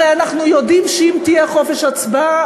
הרי אנחנו יודעים שאם יהיה חופש הצבעה,